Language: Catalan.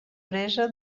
presa